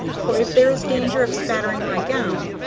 for if there is danger of spattering my gown,